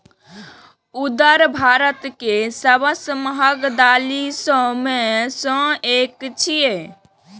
उड़द भारत के सबसं महग दालि मे सं एक छियै